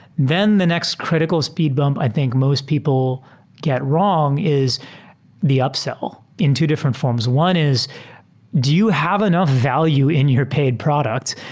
then the next critical speed bump i think most people get wrong is the upsell in two different forms. one is do you have enough value in your paid product?